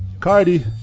Cardi